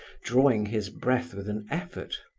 drawing his breath with an effort.